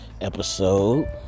episode